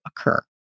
occur